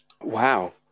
Wow